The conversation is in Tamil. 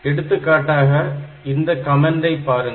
எடுத்துக்காட்டாக இந்த கமெண்டை பாருங்கள்